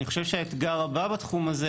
אני חושב שהאתגר הבא בתחום הזה